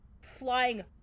flying